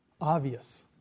obvious